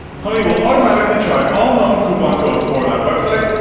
honey will automatically try all known coupon codes for that website.